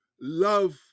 love